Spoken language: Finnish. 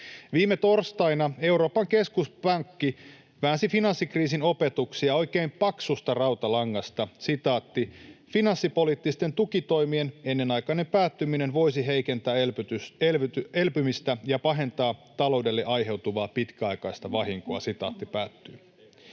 Viime torstaina Euroopan keskuspankki väänsi finanssikriisin opetuksia oikein paksusta rautalangasta: ”Finanssipoliittisten tukitoimien ennenaikainen päättyminen voisi heikentää elpymistä ja pahentaa taloudelle aiheutuvaa pitkäaikaista vahinkoa.” Täällä